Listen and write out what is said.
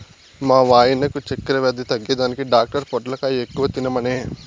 మా వాయినకు చక్కెర వ్యాధి తగ్గేదానికి డాక్టర్ పొట్లకాయ ఎక్కువ తినమనె